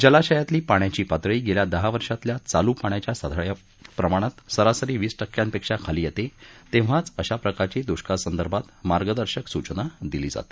जलाशयातील पाण्याची पातळी गेल्या दहा वर्षातील चालू पाण्याच्या साठ्याच्या प्रमाणात सरासरी वीस टक्क्यांपेक्षा खाली येते तेव्हा अशा प्रकारची दुष्काळ संदर्भात मार्गदर्शक सूचना देण्यात येते